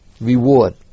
reward